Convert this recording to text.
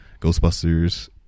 Ghostbusters